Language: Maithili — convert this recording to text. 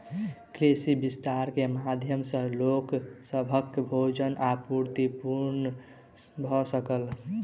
कृषि विस्तार के माध्यम सॅ लोक सभक भोजन आपूर्ति पूर्ण भ सकल